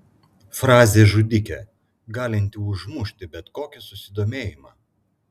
frazė žudikė galinti užmušti bet kokį susidomėjimą